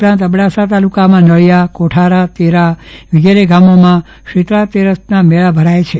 ઉપરાંત અબડાસા તાલુકામાં નલીયા કોઠારા તેરા વગેરે ગામોમાં શીતળા તેરસના મેળા ભરાથા છે